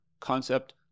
concept